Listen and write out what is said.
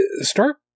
start